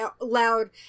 loud